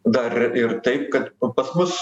dar ir taip kad pas mus